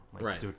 Right